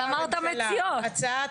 מתחילה: הצעת